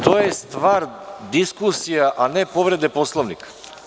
To je stvar diskusija, a ne povrede Poslovnika.